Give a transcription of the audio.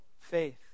faith